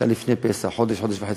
נסעתי אליו לפני כ-17 שנים,